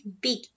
big